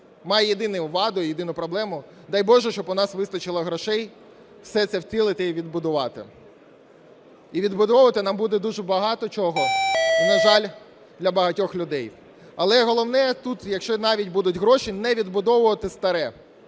має єдину ваду, єдину проблему, дай боже, щоб у нас вистачило грошей все це втілити і відбудувати. І відбудовувати нам буде дуже багато чого і, на жаль, для багатьох людей. Але головне тут, якщо навіть будуть гроші, не відбудовувати старе.